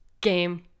game